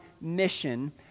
mission